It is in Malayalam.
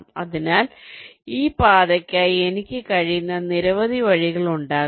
അതിനാൽ ഈ പാതയ്ക്കായി എനിക്ക് കഴിയുന്ന നിരവധി വഴികൾ ഉണ്ടാകാം